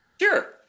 Sure